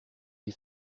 les